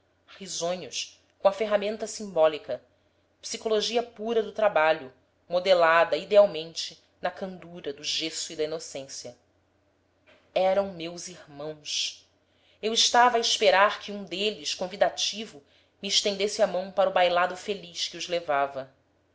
risonhos com a ferramenta simbólica psicologia pura do trabalho modelada idealmente na candura do gesso e da inocência eram meus irmãos eu estava a esperar que um deles convidativo me estendesse a mão para o bailado feliz que os levava